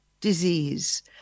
disease